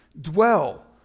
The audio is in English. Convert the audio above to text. Dwell